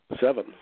seven